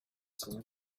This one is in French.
saisons